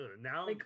now